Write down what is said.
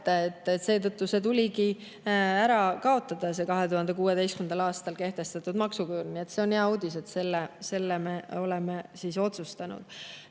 Seetõttu tuligi ära kaotada see 2016. aastal kehtestatud maksuküür. Nii et see on hea uudis, et selle me oleme nii otsustanud. Nüüd,